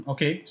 Okay